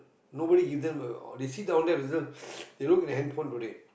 nobody give them err or they sit down there they look at their hand phone today